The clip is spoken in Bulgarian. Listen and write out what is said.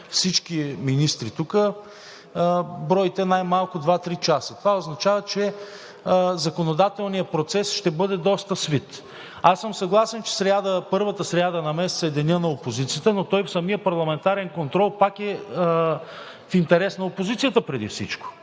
всички министри тук, бройте най-малко два-три часа. Това означава, че законодателният процес ще бъде доста свит. Аз съм съгласен, че първата сряда на месеца е денят на опозицията, но самият парламентарен контрол е в интерес на опозицията преди всичко.